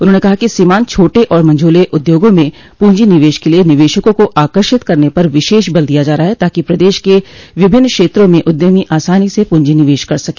उन्होंने कहा कि सीमान्त छोटे और मंझोले उद्योगों में प्रंजी निवेश के लिये निवेशकों को आकर्षित करने पर विशेष बल दिया जा रहा है ताकि प्रदेश के विभिन्न क्षेत्रों में उद्यमी आसानी से पूंजी निवेश कर सके